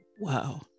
Wow